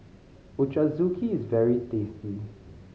Ochazuke is very tasty